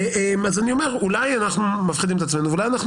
אז אני אומר שאולי אנחנו מפחידים את עצמנו ואולי אנחנו